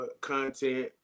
content